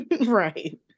right